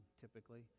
typically